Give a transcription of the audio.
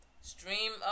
Stream